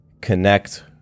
connect